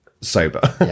Sober